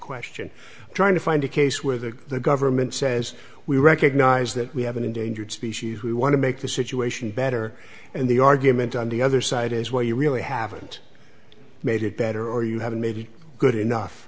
question trying to find a case where the government says we recognize that we have an endangered species we want to make the situation better and the argument on the other side is what you really haven't made it better or you haven't made good enough